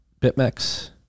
BitMEX